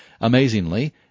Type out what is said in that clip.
Amazingly